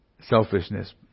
selfishness